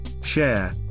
share